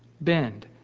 Bend